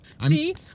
See